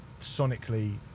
sonically